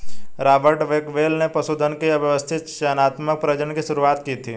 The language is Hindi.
रॉबर्ट बेकवेल ने पशुधन के व्यवस्थित चयनात्मक प्रजनन की शुरुआत की थी